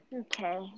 okay